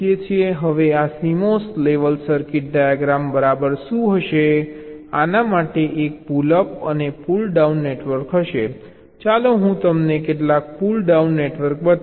હવે આ CMOS level circuit diagram બરાબર શું હશે આના માટે એક પુલ અપ અને પુલ ડાઉન નેટવર્ક હશે ચાલો હું તમને પહેલા પુલ ડાઉન નેટવર્ક બતાવું